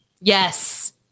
Yes